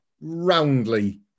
roundly